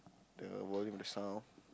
the volume the sound